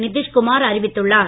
நிதிஷ் குமார் அறிவித்துள்ளார்